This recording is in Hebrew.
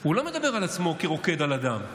הוא לא מדבר על עצמו כרוקד על הדם,